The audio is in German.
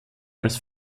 als